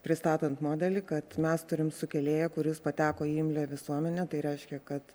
pristatant modelį kad mes turim sukėlėją kuris pateko į imlią visuomenę tai reiškia kad